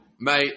mate